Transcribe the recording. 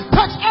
Touch